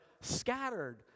scattered